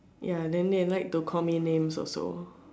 ya then they like to call me names also